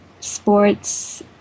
sports